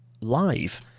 live